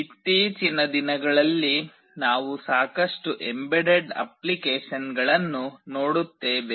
ಇತ್ತೀಚಿನ ದಿನಗಳಲ್ಲಿ ನಾವು ಸಾಕಷ್ಟು ಎಂಬೆಡೆಡ್ ಅಪ್ಲಿಕೇಶನ್ಗಳನ್ನು ನೋಡುತ್ತೇವೆ